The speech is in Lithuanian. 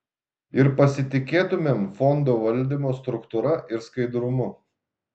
ir pasitikėtumėm fondo valdymo struktūra ir skaidrumu